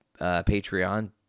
Patreon